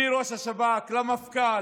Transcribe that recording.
מראש השב"כ למפכ"ל,